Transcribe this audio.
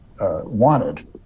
wanted